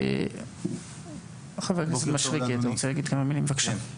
חבר הכנסת מישרקי, בבקשה.